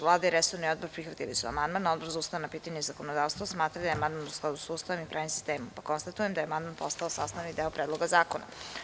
Vlada i resorni odbor prihvatili su amandman, a Odbor za ustavna pitanja i zakonodavstvo smatra da je amandman u skladu sa Ustavom i pravnim sistemom, pa konstatujem da je amandman postao sastavni deo Predloga zakona.